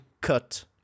cut